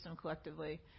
collectively